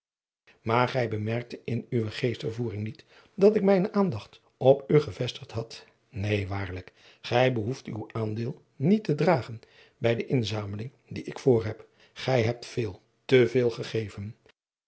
maar gij bemerkte in uwe geestvervoering niet dat ik mijne aandacht op u gevestigd had neen waarlijk gij behoeft uw aandeel niet te dragen bij de inzameling die ik voorheb gij hebt veel te veel gegeven